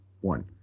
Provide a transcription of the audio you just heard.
one